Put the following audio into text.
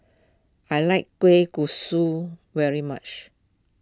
I like Kueh Kosui very much